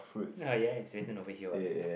ah ya it's written over here what